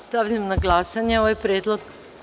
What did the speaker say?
Stavljam na glasanje ovaj predlog.